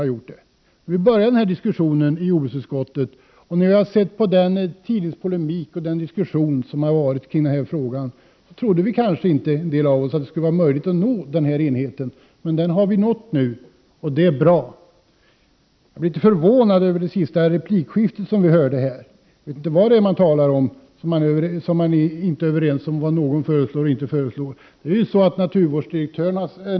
När vi började att föra denna diskussion i jordbruksutskottet, och när vi senare tog del av den tidningspolemik och de övriga diskussioner som fördes kring den här frågan, trodde en del av oss att det kanske inte skulle vara möjligt att nå denna enighet som vi nu uppnått. Jag blev något förvånad över replikskiftet som vi nyss hörde. Jag förstår inte vad man talar om och som man inte är överens om, vad någon föreslår eller inte föreslår.